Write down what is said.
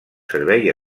servei